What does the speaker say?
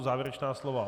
Závěrečná slova?